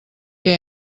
què